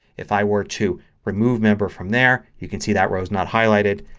if i were to remove member from there you can see that row is not highlighted.